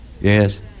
Yes